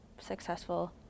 successful